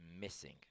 missing